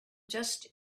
just